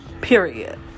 period